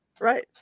Right